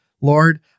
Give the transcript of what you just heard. Lord